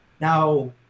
Now